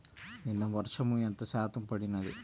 నిన్న వర్షము ఎంత శాతము పడినది?